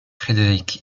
frédéric